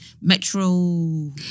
metro